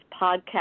podcast